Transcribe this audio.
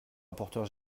rapporteur